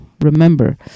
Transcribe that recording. remember